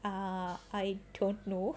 err I don't know